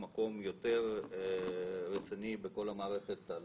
קראנו בעיון רב את הדוחות השנתיים שלכם.